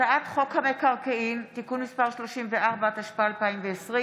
הצעת חוק המקרקעין (תיקון מס' 34), התשפ"א 2020,